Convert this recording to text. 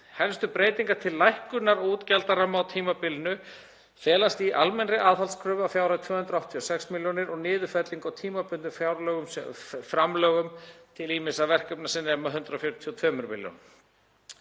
Helstu breytingar til lækkunar útgjaldaramma á tímabilinu felast í almennri aðhaldskröfu að fjárhæð 286 milljónir og niðurfellingu á tímabundnum framlögum til ýmissa verkefna sem nema 142 milljónum.